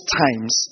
times